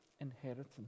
inheritance